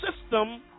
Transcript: system